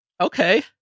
Okay